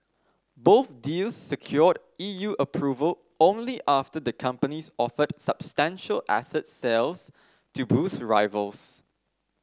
both deals secured E U approval only after the companies offered substantial asset sales to boost rivals